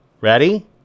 ready